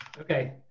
Okay